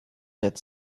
chat